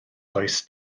does